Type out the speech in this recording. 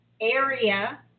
area